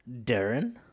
Darren